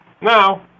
Now